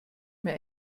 mir